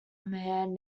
man